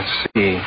see